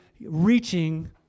reaching